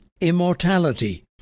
immortality